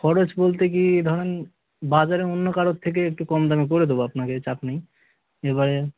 খরচ বলতে কী ধরুন বাজারে অন্য কারোর থেকে একটু কম দামে করে দেবো আপনাকে চাপ নেই এবারে